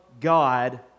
God